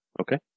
Okay